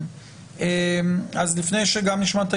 המרשם הפלילי